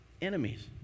enemies